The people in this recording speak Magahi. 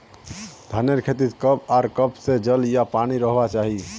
धानेर खेतीत कब आर कब से जल या पानी रहबा चही?